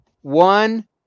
one